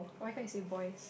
oh I thought you said boys